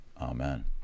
Amen